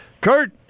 Kurt